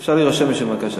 אפשר להירשם, מי שמבקש.